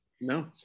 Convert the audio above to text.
No